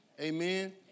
Amen